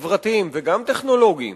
חברתיים וגם טכנולוגיים